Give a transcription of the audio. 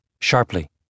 sharply